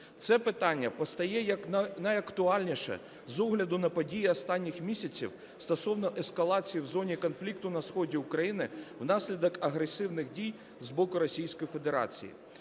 Це питання постає як найактуальніше з огляду на події останніх місяців стосовно ескалації в зоні конфлікту на сході України внаслідок агресивних дій з боку Російської Федерації.